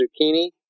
zucchini